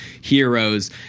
heroes